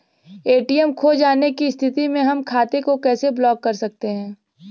ATM खो जाने की स्थिति में हम खाते को कैसे ब्लॉक कर सकते हैं?